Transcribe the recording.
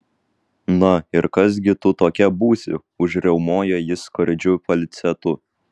na ir kas gi tu tokia būsi užriaumojo jis skardžiu falcetu